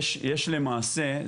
יש למעשה,